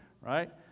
right